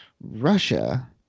Russia